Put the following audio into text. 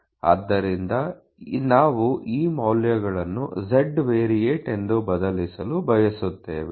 ಆದ್ದರಿಂದ ನಾವು ಈ ಮೌಲ್ಯಗಳನ್ನು z ವೇರಿಯೇಟ್ ಎಂದು ಬದಲಿಸಲು ಬಯಸುತ್ತೇವೆ